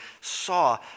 saw